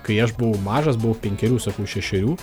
kai aš buvau mažas buvau penkerių sakau šešerių